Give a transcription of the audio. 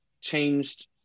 changed